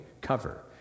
cover